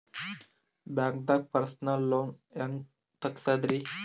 ಬ್ಯಾಂಕ್ದಾಗ personal loan ಹೆಂಗ್ ತಗ್ಸದ್ರಿ?